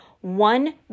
one